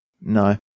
No